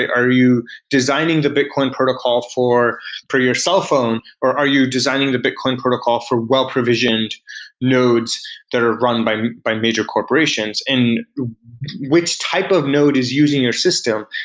are you designing the bitcoin protocol for for your cellphone, or are you designing the bitcoin protocol for well provisioned nodes that are run by by major corporations? which type of node is using your system,